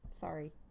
Sorry